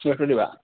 বৃহস্পতিবাৰ